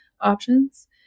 options